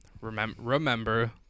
remember